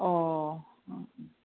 अ